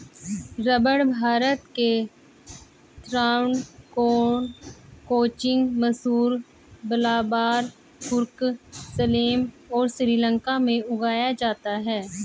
रबड़ भारत के त्रावणकोर, कोचीन, मैसूर, मलाबार, कुर्ग, सलेम और श्रीलंका में उगाया जाता है